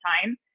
time